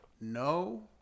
No